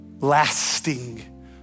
lasting